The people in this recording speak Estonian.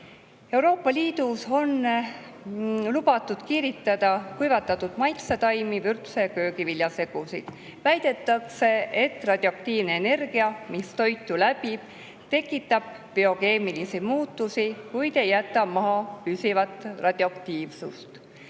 Euroopa Liidus on lubatud kiiritada kuivatatud maitsetaimi, vürtse ja köögiviljasegusid. Väidetakse, et radioaktiivne energia, mis toitu läbib, tekitab biokeemilisi muutusi, kuid ei jäta maha püsivat radioaktiivsust.